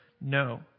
no